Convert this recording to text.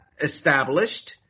established